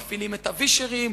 מפעילים את הווישרים,